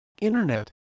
Internet